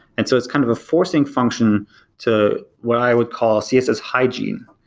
and so it's kind of a forcing function to what i would call css hygiene.